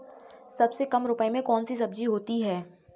सबसे कम रुपये में कौन सी सब्जी होती है?